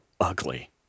ugly